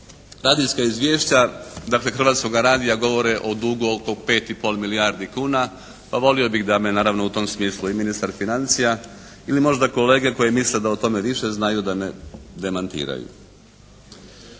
radijska izvješća dakle Hrvatskoga radija govore o dugu oko 5,5, milijardi kuna, pa volio bih da me naravno u tom smislu i ministar financija ili možda kolege koji misle da o tome više znaju da me demantiraju.